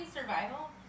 survival